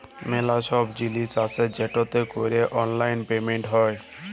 ম্যালা ছব জিলিস আসে যেটতে ক্যরে অললাইল পেমেলট হ্যয়